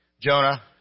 Jonah